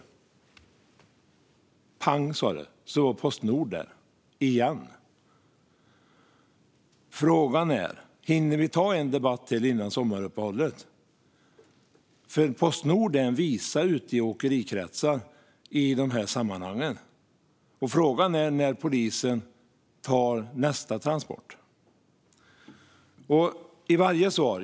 Pang, sa det, så var Postnord där - igen. Frågan är: Hinner vi ta en debatt till före sommaruppehållet? Postnord är en visa ute i åkerikretsar i de här sammanhangen, och frågan är när polisen tar nästa transport.